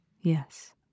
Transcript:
Yes